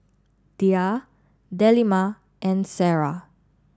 Dhia Delima and Sarah